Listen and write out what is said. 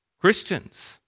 Christians